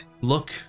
look